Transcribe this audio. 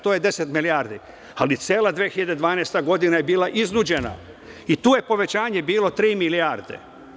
To je 10 milijardi, ali cela 2012. godina je bila iznuđena i tu je povećanje bilo 3 milijarde.